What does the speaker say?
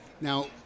Now